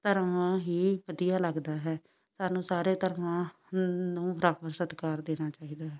ਧਰਮ ਹੀ ਵਧੀਆ ਲੱਗਦਾ ਹੈ ਸਾਨੂੰ ਸਾਰੇ ਧਰਮਾਂ ਨੂੰ ਬਰਾਬਰ ਸਤਿਕਾਰ ਦੇਣਾ ਚਾਹੀਦਾ ਹੈ